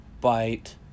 Bite